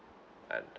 and